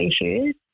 issues